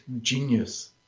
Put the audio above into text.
genius